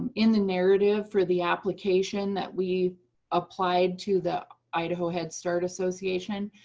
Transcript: in the narrative for the application that we applied to the idaho head start association,